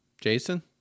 Jason